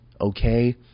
okay